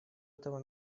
этого